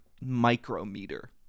micrometer